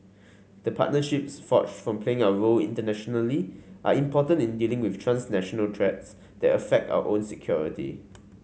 the partnerships forged from playing our role internationally are important in dealing with transnational threats that affect our own security